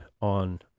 on